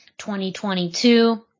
2022